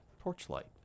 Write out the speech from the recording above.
torchlight